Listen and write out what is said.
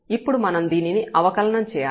ఇప్పుడు మనం దీనిని అవకలనం చేయాలి